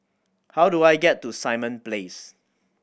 how do I get to Simon Place